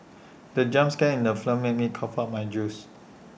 the jump scare in the film made me cough out my juice